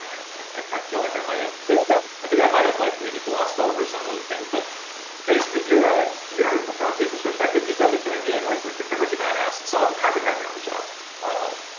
mean, i i kind of feel like i might have dude, that was i think i might have like maybe glossed over some of the things, but basically you're ah you're from a business perspective, and just as a human being, like like you're pretty much a badass, so i'm happy to have you on the show wow.